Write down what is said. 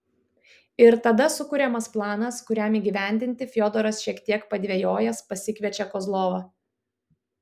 ir tada sukuriamas planas kuriam įgyvendinti fiodoras šiek tiek padvejojęs pasikviečia kozlovą